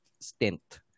stint